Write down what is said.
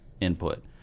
input